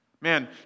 Man